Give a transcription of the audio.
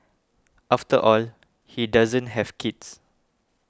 after all he doesn't have kids